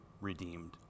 redeemed